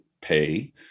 pay